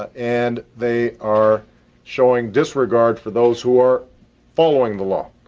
and they are showing disregard for those who are following the law.